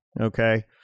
Okay